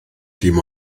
dim